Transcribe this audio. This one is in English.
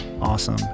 awesome